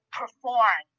perform